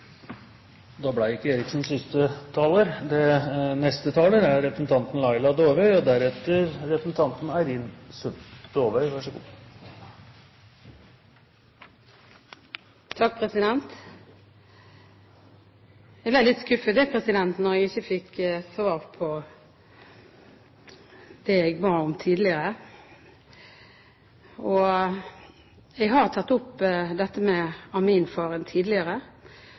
da – SV og Senterpartiet – denne gangen så langt har valgt taburettene. Jeg ble litt skuffet da jeg ikke fikk svar på det jeg ba om tidligere. Jeg har tatt opp dette med aminfaren tidligere,